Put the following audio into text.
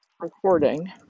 recording